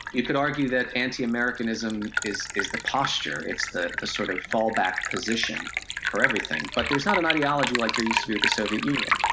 you could argue that anti-americanism is, is the posture, it's the the sort of fallback for everything, but there's not an ideology like there used to be with the soviet union.